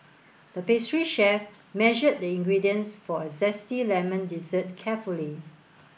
the pastry chef measured the ingredients for a zesty lemon dessert carefully